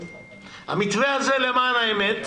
המתווה הזה, למען האמת,